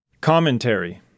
Commentary